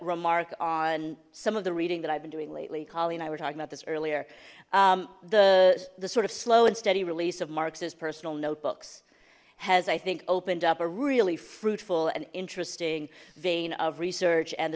remark on some of the reading that i've been doing lately kali and i were talking about this earlier the the sort of slow and steady release of marx's personal notebooks has i think opened up a really fruitful and interesting vein of research and the